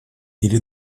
или